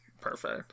perfect